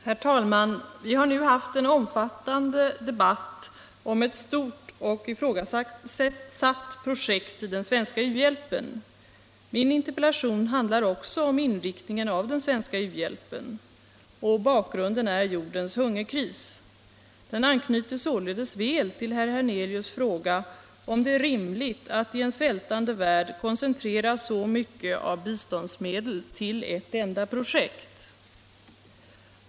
Herr talman! Vi har nu haft en omfattande debatt om ett stort och ifrågasatt projekt i den svenska u-hjälpen. Min interpellation handlar också om inriktningen av den svenska u-hjälpen, och bakgrunden är jordens hungerkris. Den anknyter således väl till herr Hernelius fråga om det är rimligt att i en svältande värld koncentrera så mycket av biståndsmedel till ett enda projekt.